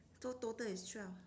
so total is twelve